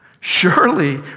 surely